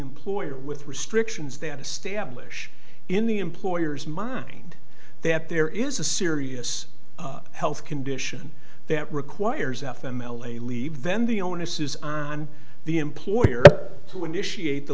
employer with restrictions that establish in the employer's mind that there is a serious health condition that requires f m l a leave then the onus is on the employer to initiate the